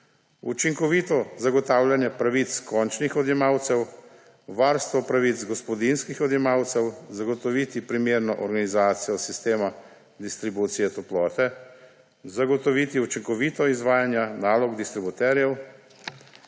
učinkovito zagotavljanje pravic končnih odjemalcev, varstvo pravic gospodinjskih odjemalcev, zagotoviti primerno organizacijo sistema distribucije toplote, zagotoviti učinkovito izvajanje nalog distributerjev